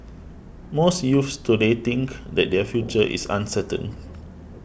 most youths today think that their future is uncertain